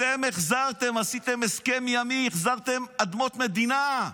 אתם החזרתם, עשיתם הסכם ימי, החזרתם אדמות מדינה.